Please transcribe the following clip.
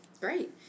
great